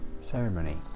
ceremony